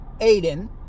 Aiden